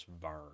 burn